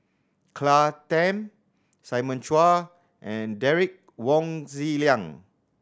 Claire Tham Simon Chua and Derek Wong Zi Liang